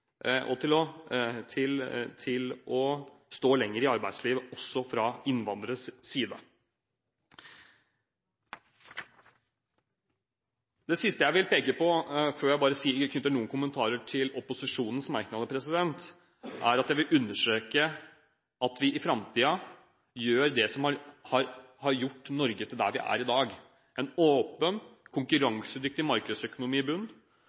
å arbeide lenger og til å stå lenger i arbeidslivet, også fra innvandreres side. Det siste jeg vil peke på og understreke før jeg knytter noen kommentarer til opposisjonens merknader, er at vi i framtiden må gjøre det som har gjort Norge til det vi er i dag. Vi må ha en åpen, konkurransedyktig markedsøkonomi i bunnen,